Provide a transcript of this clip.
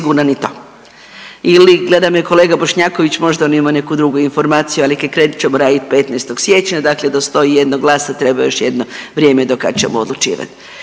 raditi 15. siječnja, možda on ima neku drugu informaciju, ali krenut ćemo radit 15. siječnja, dakle do 101 glasa treba još jedno vrijeme do kad ćemo odlučivati.